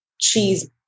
cheese